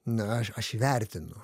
na aš aš įvertinu